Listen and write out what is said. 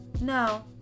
no